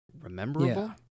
Rememberable